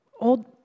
old